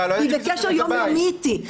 היא בקשר יום-יומי איתי.